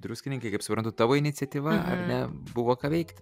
druskininkai kaip suprantu tavo iniciatyva ar ne buvo ką veikt